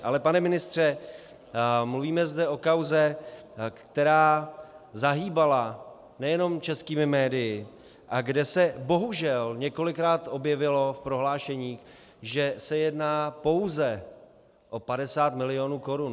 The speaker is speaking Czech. Ale pane ministře, mluvíme zde o kauze, která zahýbala nejenom českými médii a kde se bohužel několikrát objevilo v prohlášení, že se jedná pouze o 50 milionů korun.